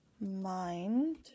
mind